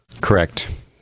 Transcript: correct